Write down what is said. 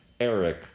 Eric